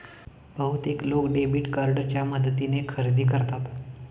बहुतेक लोक डेबिट कार्डच्या मदतीने खरेदी करतात